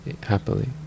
happily